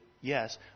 yes